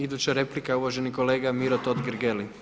Iduća replika je uvaženi kolega Miro Totgergeli.